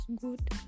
good